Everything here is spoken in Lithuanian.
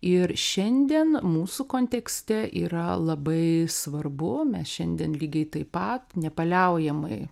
ir šiandien mūsų kontekste yra labai svarbu mes šiandien lygiai taip pat nepaliaujamai